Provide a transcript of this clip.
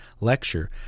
lecture